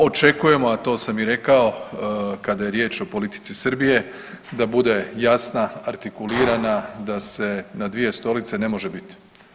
Očekujemo, a to sam i rekao, kada je riječ o politici Srbije da bude jasna, artikulirana, da se na dvije stolice ne može biti.